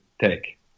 take